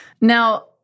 Now